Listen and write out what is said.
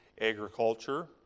agriculture